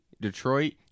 Detroit